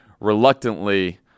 reluctantly